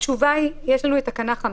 התשובה היא שיש לנו את תקנה (15),